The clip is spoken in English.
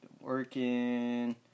working